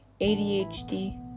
ADHD